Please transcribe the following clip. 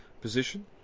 position